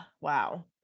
wow